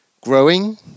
growing